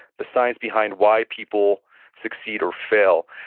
the science behind why people succeed or fail.